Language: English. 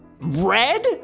Red